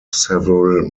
several